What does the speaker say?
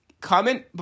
comment